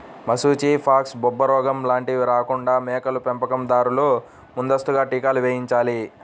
మశూచి, ఫాక్స్, బొబ్బరోగం లాంటివి రాకుండా మేకల పెంపకం దారులు ముందస్తుగా టీకాలు వేయించాలి